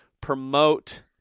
promote